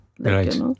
Right